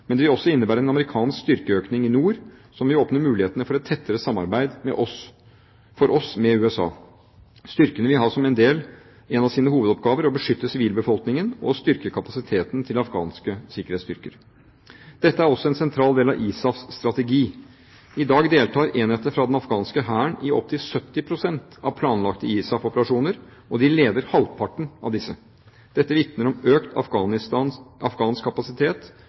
men det vil også innebære en amerikansk styrkeøkning i nord som vil åpne mulighetene for et tettere samarbeid for oss med USA. Styrkene vil ha som en av sine hovedoppgaver å beskytte sivilbefolkningen og å styrke kapasiteten til afghanske sikkerhetsstyrker. Dette er også en sentral del av ISAFs strategi. I dag deltar enheter fra den afghanske hæren i opp til 70 pst. av planlagte ISAF-operasjoner, og de leder halvparten av disse. Dette vitner om økt afghansk kapasitet